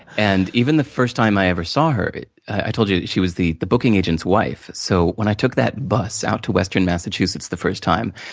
and even the first i ever saw her i told you she was the the booking agent's wife. so, when i took that bus out to western massachusetts, the first time,